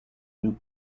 loop